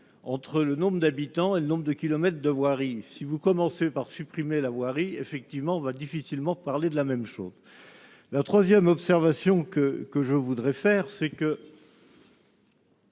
entre le nombre d'habitants et le nombre de kilomètre de voirie, si vous commencez par supprimer la voirie effectivement va difficilement parler de la même chose, la 3ème observation que que je voudrais faire c'est que.